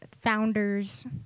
founders